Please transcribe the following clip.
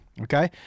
Okay